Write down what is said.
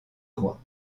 roi